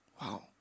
wow